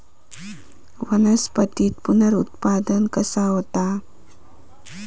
वनस्पतीत पुनरुत्पादन कसा होता?